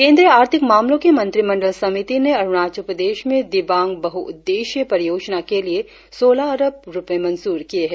केंद्रीय आर्थिक मामलों के मंत्रिमंडल समिति ने अरुणाचल प्रदेश में दिबांग बहुउद्देश्यीय परियोजना के लिए सोलह अरब रुपए मंजूर किए है